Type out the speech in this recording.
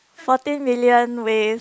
fourteen millions with